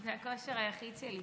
זה הכושר היחיד שלי.